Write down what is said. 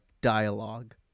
dialogue